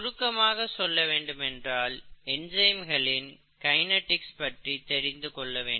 சுருக்கமாக சொல்ல வேண்டுமென்றால் என்சைம்களின் கைநெடிக்ஸ் பற்றி தெரிந்திருக்க வேண்டும்